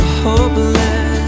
hopeless